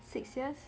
six years